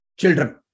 children